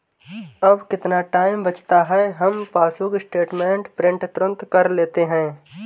अब कितना टाइम बचता है, हम पासबुक स्टेटमेंट प्रिंट तुरंत कर लेते हैं